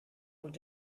und